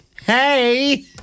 hey